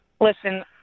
Listen